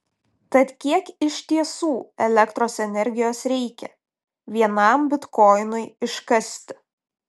tad kiek iš tiesų elektros energijos reikia vienam bitkoinui iškasti